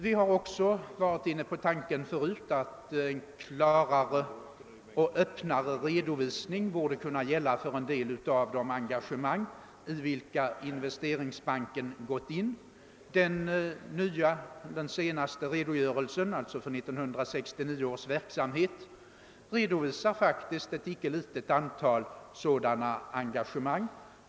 Vi har också tidigare varit inne på tanken att klarare och öppnare redovisning borde kunna ges av en del av Investeringsbankens engagemang. I den senaste redogörelsen, alltså den som avser 1969 års verksamhet, redovisas faktiskt ett icke litet antal sådana engagemang.